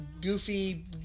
goofy